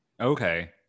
Okay